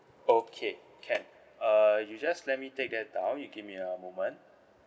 okay can uh you just let me take that down you give me a moment